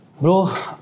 Bro